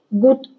good